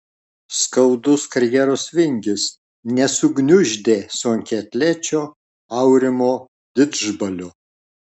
skaudus karjeros vingis nesugniuždė sunkiaatlečio aurimo didžbalio